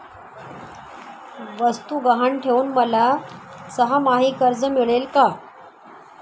वस्तू गहाण ठेवून मला सहामाही कर्ज मिळेल का?